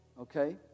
okay